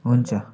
हुन्छ